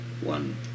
one